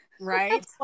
Right